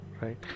right